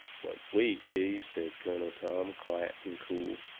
but wait, dave, says colonel tom, quiet and cool.